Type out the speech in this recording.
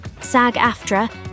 SAG-AFTRA